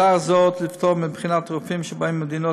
הצעה זו תפטור מבחינה רופאים שבאים ממדינות